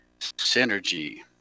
synergy